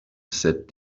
said